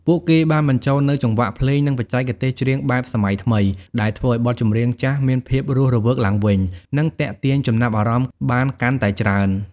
ពួកគេបានបញ្ចូលនូវចង្វាក់ភ្លេង និងបច្ចេកទេសច្រៀងបែបសម័យថ្មី ដែលធ្វើឱ្យបទចម្រៀងចាស់មានភាពរស់រវើកឡើងវិញ និងទាក់ទាញចំណាប់អារម្មណ៍បានកាន់តែច្រើន ។